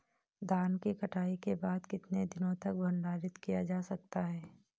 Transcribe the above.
धान की कटाई के बाद कितने दिनों तक भंडारित किया जा सकता है?